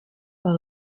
par